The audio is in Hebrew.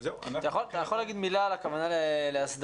אתה יכול לומר מילה על הכוונה להסדרה?